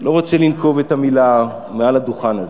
אני לא רוצה לנקוב במילה מעל הדוכן הזה.